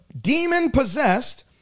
demon-possessed